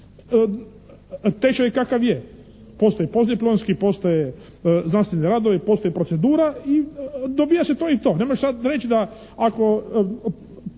tečaj kakav je, postoji postdiplomski, postoje znanstveni radovi, postoji procedura i dobija se to i to. Ne možeš sad reći da ako